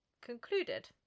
concluded